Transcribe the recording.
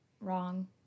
wrong